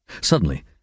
Suddenly